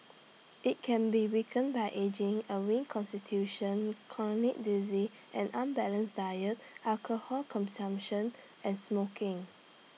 IT can be weakened by ageing A weak Constitution chronic diseases and unbalanced diet alcohol consumption and smoking